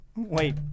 Wait